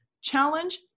challenge